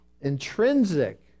Intrinsic